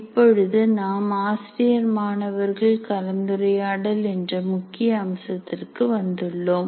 இப்பொழுது நாம் ஆசிரியர் மாணவர்கள் கலந்துரையாடல் என்ற முக்கிய அம்சத்திற்கு வந்துள்ளோம்